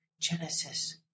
Genesis